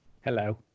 Hello